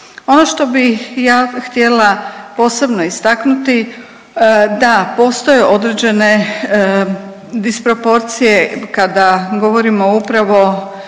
Ono što bih ja htjela posebno istaknuti da postoje određene disproporcije kada govorimo upravo